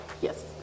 Yes